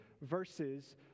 Verses